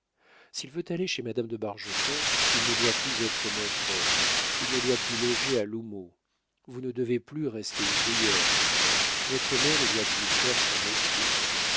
s'il veut aller chez madame de bargeton il ne doit plus être mon prote il ne doit plus loger à l'houmeau vous ne devez plus rester ouvrière votre mère ne doit plus faire son métier